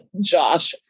Josh